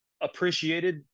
appreciated